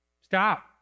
Stop